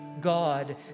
God